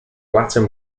latin